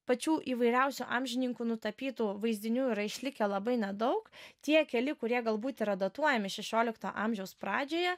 pačių įvairiausių amžininkų nutapytų vaizdinių yra išlikę labai nedaug tie keli kurie galbūt yra datuojami šešiolikto amžiaus pradžioje